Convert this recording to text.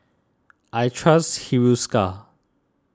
I trust Hiruscar